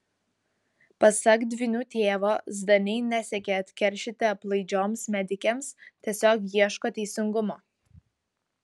pasak dvynių tėvo zdaniai nesiekia atkeršyti aplaidžioms medikėms tiesiog ieško teisingumo